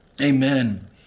Amen